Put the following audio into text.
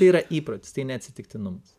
tai yra įprotis tai neatsitiktinumas